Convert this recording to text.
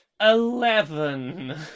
Eleven